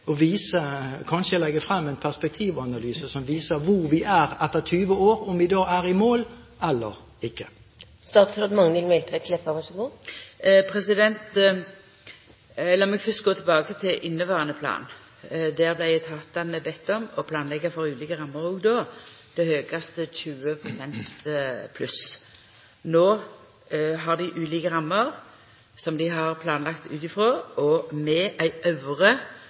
og kanskje legge frem en perspektivanalyse som viser hvor vi er etter 20 år – om vi da er i mål eller ikke. Lat meg fyrst gå tilbake til inneverande plan. Der vart etatane bedne om å planleggja for ulike rammer og då til høgaste 20 pst. pluss. No har dei ulike rammer som dei har planlagt ut frå med